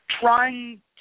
trying